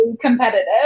competitive